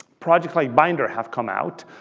projects like binder have come out.